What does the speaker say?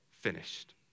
finished